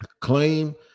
Claim